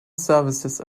services